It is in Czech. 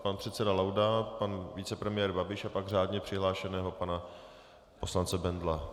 Pan předseda Laudát, pan vicepremiér Babiš a pak řádně přihlášeného pana poslance Bendla.